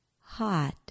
hot